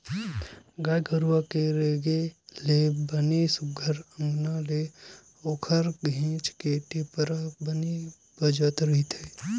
गाय गरुवा के रेगे ले बने सुग्घर अंकन ले ओखर घेंच के टेपरा बने बजत रहिथे